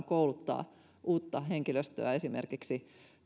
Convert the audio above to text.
kouluttaa uutta henkilöstöä esimerkiksi